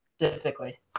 specifically